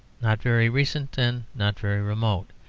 not very recent and not very remote.